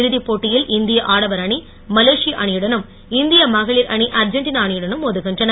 இறுதிப் போட்டியில் இந்திய ஆடவர் அணி மலேசிய அணியுடனும் இந்திய மகளிர் அணி அர்ஜென்டினா அணியுடனும் மோதுகின்றன